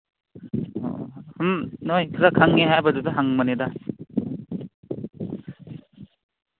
ꯁꯨꯝ ꯅꯈꯣꯏ ꯈꯔ ꯈꯪꯉꯦ ꯍꯥꯏꯕꯗꯨꯗ ꯍꯪꯕꯅꯤꯗ